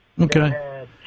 Okay